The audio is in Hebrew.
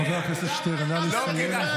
חבר הכנסת שטרן, נא לסיים.